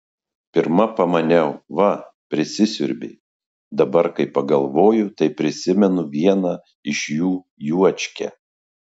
pirma pamaniau va prisisiurbė dabar kai pagalvoju tai prisimenu vieną iš jų juočkę